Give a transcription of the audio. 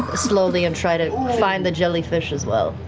ah slowly and try to find the jellyfish as well.